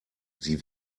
sie